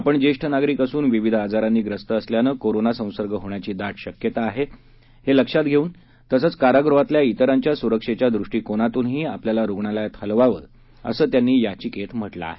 आपण जेष्ठ नागरिक असून विविध आजारांनी ग्रस्त असल्यामुळे कोरोना संसर्ग होण्याची दाट शक्यता आहे हे लक्षात घेऊन तसच कारागृहातल्या तिरांच्या सुरक्षेच्या दृष्टिकोनातूनही आपल्याला रुग्णालयात हलवावं असं त्यांनी या याचिकेत म्हटलं आहे